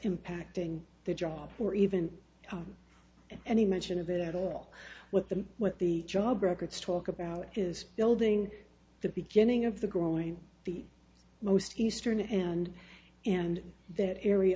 impacting the job or even any mention of it at all what the what the job records talk about is building the beginning of the growing the most eastern and and that area